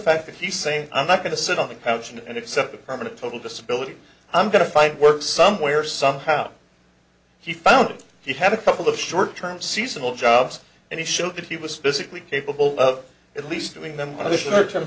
fact that he's saying i'm not going to sit on the couch and accept a permanent total disability i'm going to find work somewhere somehow he found he had a couple of short term seasonal jobs and he showed that he was physically capable of at least doing them